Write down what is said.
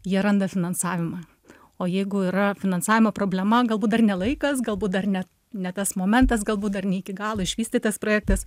jie randa finansavimą o jeigu yra finansavimo problema galbūt dar ne laikas galbūt dar ne ne tas momentas galbūt dar ne iki galo išvystytas projektas